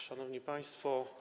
Szanowni Państwo!